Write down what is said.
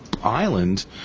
island